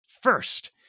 first